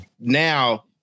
now